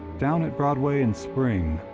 down at broadway and spring,